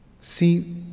See